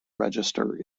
register